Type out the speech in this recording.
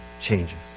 changes